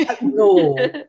No